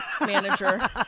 manager